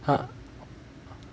!huh!